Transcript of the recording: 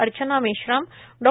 Archana Meshram Dr